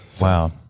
wow